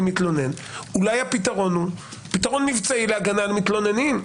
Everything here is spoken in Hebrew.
מתלונן אולי הפתרון הוא פתרון מבצעי להגנה על מתלוננים.